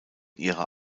ihrer